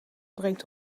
brengt